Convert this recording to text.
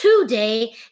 today